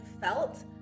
felt